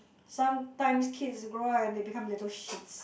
sometimes kids grow up and they become little shits